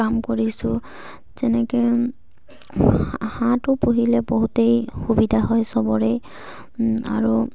কাম কৰিছোঁ যেনেকৈ হাঁহটো পুহিলে বহুতেই সুবিধা হয় চবৰেই আৰু